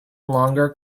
longer